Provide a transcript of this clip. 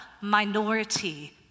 minority